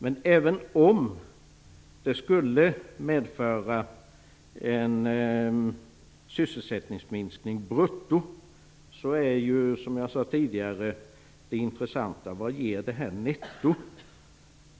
Men även om det brutto skulle medföra en sysselsättningsminskning är ändå det intressanta, som jag tidigare sade, vad det ger netto.